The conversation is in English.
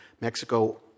Mexico